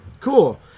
Cool